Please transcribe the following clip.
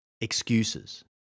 excuses